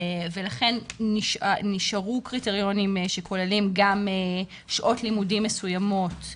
ולכן נשארו קריטריונים שכוללים גם שעות לימודים מסוימות.